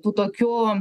tų tokių